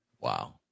Wow